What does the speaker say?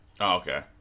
okay